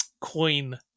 coin